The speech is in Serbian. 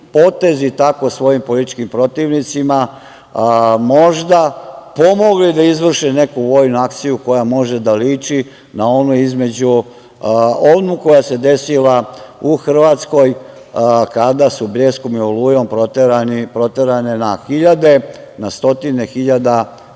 potez i tako svojim političkim protivnicima možda pomogli da izvrše neku vojnu akciju, koja može da liči na onu koja se desila u Hrvatskoj kada su „Bljeskom“ i „Olujom“ proterane na hiljade, na stotine hiljada